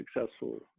successful